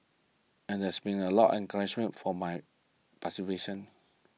and there's been a lot encouragement for my participation